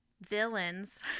villains